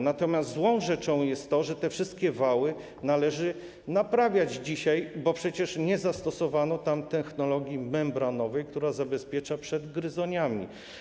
Natomiast złą rzeczą jest to, że te wszystkie wały należy dzisiaj naprawiać, bo przecież nie zastosowano tam technologii membranowej, która zabezpiecza przed gryzoniami.